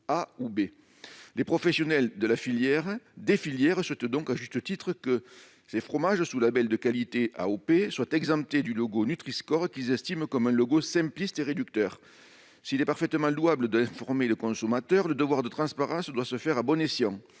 Les professionnels de ces filières souhaitent donc, à juste titre, que ces fromages sous label de qualité et AOP soient exemptés du logo Nutri-score, qu'ils estiment simpliste et réducteur. S'il est parfaitement louable d'informer le consommateur, le devoir de transparence doit se faire à bon escient